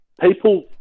people